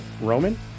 Roman